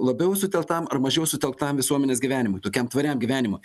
labiau sutelktam ar mažiau sutelktam visuomenės gyvenimui tokiam tvariam gyvenimui